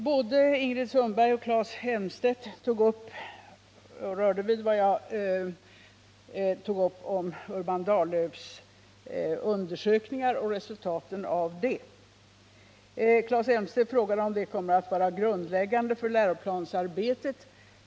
Både Ingrid Sundberg och Claes Elmstedt berörde vad jag tog upp om Urban Dahllöfs undersökningar och resultaten av dessa. Claes Elmstedt frågade om de kommer att vara grundläggande för läroplansarbetet.